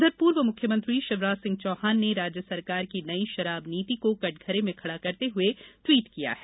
उधर पूर्व मुख्यमंत्री शिवराज सिंह चौहान ने राज्य सरकार की नई शराब नीति को कठघरे में खड़ा करते हुए ट्वीट किया है